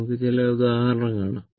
നമുക്ക് ചില ഉദാഹരണം കാണാം